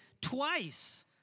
twice